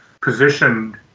positioned